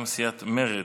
מטעם סיעת מרצ,